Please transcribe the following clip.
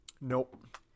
Nope